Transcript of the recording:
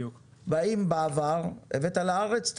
בעבר, הבאת לארץ?